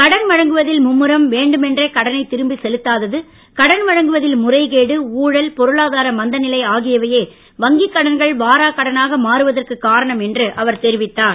கடன் வழங்குவதில் மும்முரம் வேண்டுமென்றே கடனைத் திரும்பச் செலுத்தாத்து கடன் வழங்குவதில் முறைகேடு ஊழல் பொருளாதார மந்த நிலை ஆகியவையே வங்கிக் கடன்கள் வாராக்கடனாக மாறுவதற்குக் காரணம் என்று அவர் தெரிவித்தார்